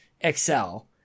Excel